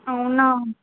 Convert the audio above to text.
అవునా